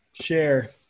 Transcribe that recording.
share